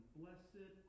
blessed